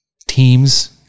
teams